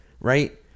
right